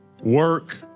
work